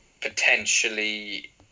Potentially